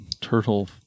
turtle